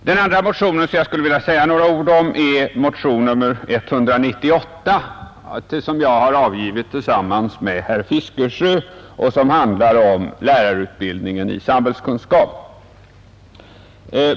Den andra motion som jag vill säga några ord om är motionen 198, som herr Fiskesjö och jag har väckt och som handlar om lärarutbildningen i samhällskunskap.